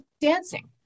dancing